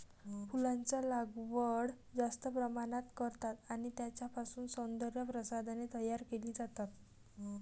फुलांचा लागवड जास्त प्रमाणात करतात आणि त्यांच्यापासून सौंदर्य प्रसाधने तयार केली जातात